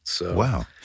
Wow